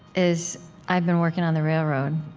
is i've been working on the railroad,